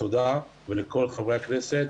תודה לכל חברי הכנסת.